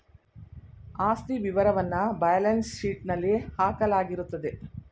ಆಸ್ತಿ ವಿವರವನ್ನ ಬ್ಯಾಲೆನ್ಸ್ ಶೀಟ್ನಲ್ಲಿ ಹಾಕಲಾಗಿರುತ್ತದೆ